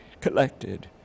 collected